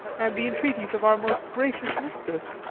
and the entreaties of our most gracious mistress.